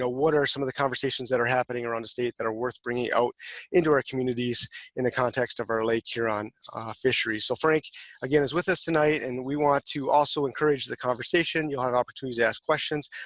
ah what are some of the conversations that are happening around the state that are worth bringing out into our communities in the context of our lake huron fisheries. so frank again is with us tonight, and we want to also encourage the conversation. you'll have an opportunity to ask questions,